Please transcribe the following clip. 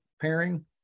pairing